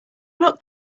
lot